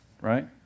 right